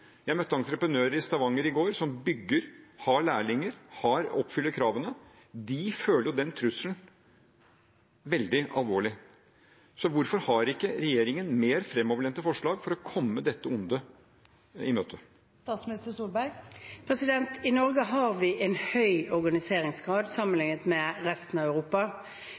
Jeg møtte entreprenører i Stavanger i går som bygger, har lærlinger, oppfyller kravene – de føler den trusselen veldig alvorlig. Hvorfor har ikke regjeringen mer framoverlente forslag for å møte dette ondet? I Norge har vi en høy organiseringsgrad sammenlignet med resten av Europa.